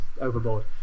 overboard